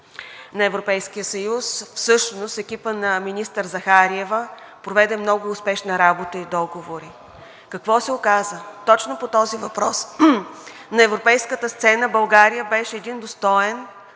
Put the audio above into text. на Европейския съюз, всъщност екипът на министър Захариева проведе много успешна работа и договори. Какво се оказа? Точно по този въпрос на европейската сцена България беше един достоен